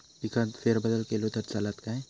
पिकात फेरबदल केलो तर चालत काय?